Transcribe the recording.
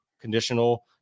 conditional